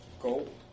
gold